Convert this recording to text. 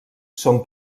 són